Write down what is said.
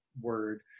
Word